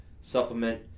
supplement